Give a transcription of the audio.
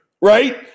right